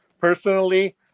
Personally